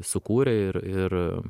sukūrė ir ir